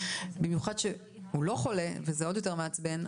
במיוחד שהוא לא חולה וזה עוד יותר מעצבן,